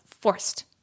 forced